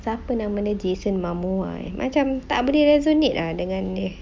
siapa namanya jason momoa ah macam tak boleh resonate dengan dia